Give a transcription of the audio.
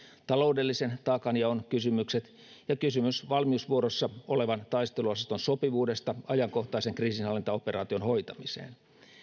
taloudellisen taakanjaon kysymykset ja kysymys valmiusvuorossa olevan taisteluosaston sopivuudesta ajankohtaisen kriisinhallintaoperaation hoitamiseen